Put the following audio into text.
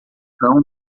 cão